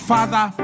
Father